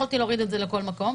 יכולתי להוריד את זה לכל מקום.